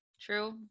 True